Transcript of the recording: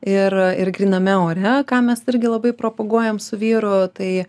ir ir gryname ore ką mes irgi labai propaguojam su vyru tai